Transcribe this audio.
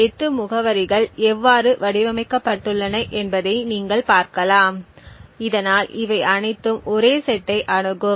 8 முகவரிகள் எவ்வாறு வடிவமைக்கப்பட்டுள்ளன என்பதை நீங்கள் பார்க்கலாம் இதனால் இவை அனைத்தும் ஒரே செட்டை அணுகும்